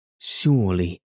Surely